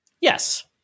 Yes